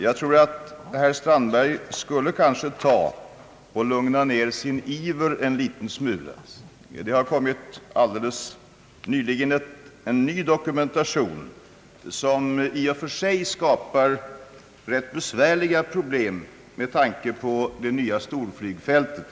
Jag tror att herr Strandberg skulle kunna lugna ner sin iver en liten smula — det har just kommit en ny dokumentation som visar att det planerade storflygfältet där nere skapar rätt besvärliga problem.